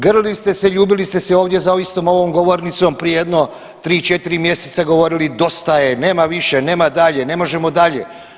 Grlili ste se, ljubili ste se za istom ovom govornicom prije jedno 3, 4 mjeseca, govorili ste dosta je, nema više, nema dalje, ne možemo dalje.